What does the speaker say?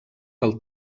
del